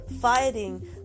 fighting